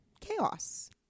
chaos